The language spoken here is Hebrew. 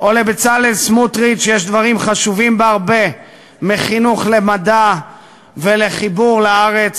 או לבצלאל סמוטריץ יש דברים חשובים בהרבה מחינוך למדע ולחיבור לארץ,